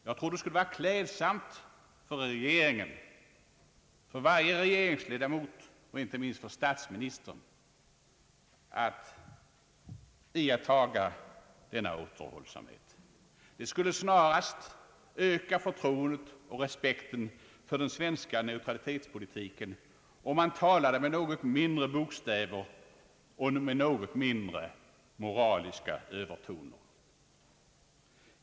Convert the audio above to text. Jag tror det skulle vara klädsamt för regeringen, för varje enskild regeringsledamot och inte minst för statsministern att iaktta sådan återhållsamhet. Det skulle snarast öka förtroendet och respekten för den svenska neutralitetspolitiken om man talade med något mindre bok stäver och med något mindre moraliska övertoner.